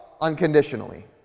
unconditionally